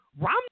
Romney